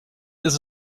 ist